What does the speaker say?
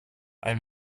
ein